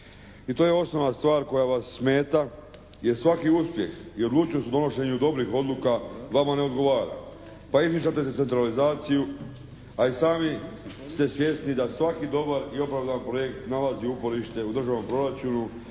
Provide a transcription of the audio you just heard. I to je osnovna stvar koja vas smeta jer svaki uspjeh i odlučuju … /Govornik se ne razumije./ … o donošenju dobrih odluka vama ne odgovara. Pa izmišljate centralizaciju, a i sami ste svjesni da svaki dobar i opravdan projekt nalazi uporište u državnom proračunu